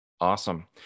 Awesome